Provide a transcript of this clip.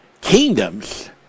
kingdoms